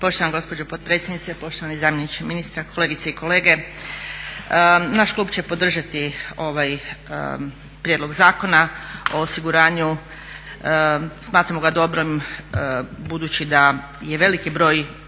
Poštovana gospođo potpredsjednice, poštovani zamjeniče ministra, kolegice i kolege. Naš klub će podržati ovaj Prijedlog zakona o osiguranju. Smatramo ga dobrim budući da je veliki broj